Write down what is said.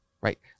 right